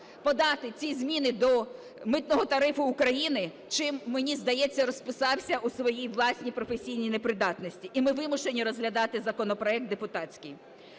подати ці зміни до Митного тарифу України, чим, мені здається, розписався у своїй власній професійній непридатності, і ми вимушені розглядати законопроект депутатський.